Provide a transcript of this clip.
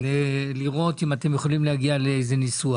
כדי לראות אם אתם יכולים להגיע לאיזה ניסוח.